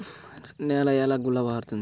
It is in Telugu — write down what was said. నేల ఎలా గుల్లబారుతుంది?